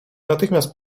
natychmiast